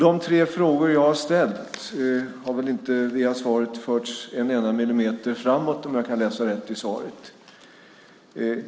De tre frågor som jag har ställt har inte via svaret förts en enda millimeter framåt, om jag kan läsa rätt i svaret.